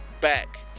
back